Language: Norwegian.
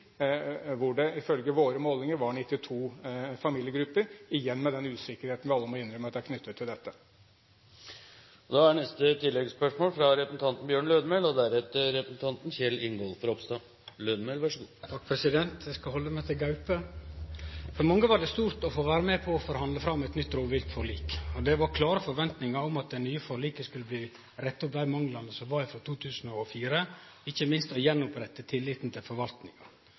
hvor det ifølge våre målinger var 92 familiegrupper – igjen med den usikkerheten vi alle må innrømme er knyttet til dette. Bjørn Lødemel – til oppfølgingsspørsmål. Eg skal halde meg til gaupe. For mange var det stort å få vere med på å forhandle fram eit nytt rovviltforlik. Det var klare forventingar om at det nye forliket skulle rette opp dei manglane som var frå 2004, ikkje minst gjenopprette tilliten til